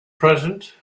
present